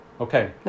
Okay